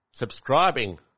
Subscribing